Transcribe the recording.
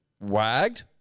Wagged